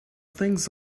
things